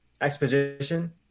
exposition